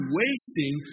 wasting